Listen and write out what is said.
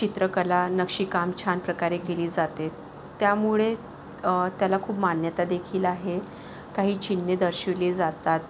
चित्रकला नक्षीकाम छान प्रकारे केली जाते त्यामुळे त्याला खूप मान्यता देखील आहे काही चिन्हे दर्शविली जातात